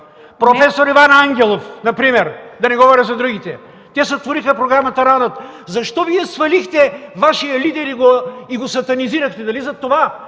Професор Иван Ангелов например, да не говоря за другите! Те сътвориха програмата „Ран-Ът”! Защо свалихте Вашия лидер и го сатанизирахте? Дали за това,